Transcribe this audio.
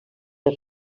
més